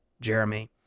Jeremy